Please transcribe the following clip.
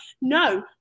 no